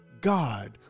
God